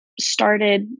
started